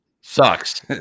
Sucks